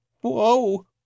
whoa